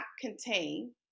contain